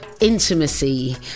intimacy